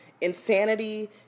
insanity